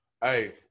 Hey